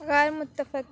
غیر متفق